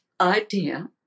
idea